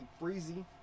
breezy